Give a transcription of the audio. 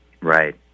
right